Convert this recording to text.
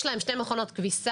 יש להם שתי מכונות כביסה,